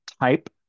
type